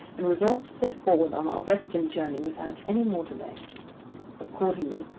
and resolved to set forward on our western journey without any more delay. accordingly,